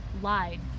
lied